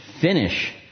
finish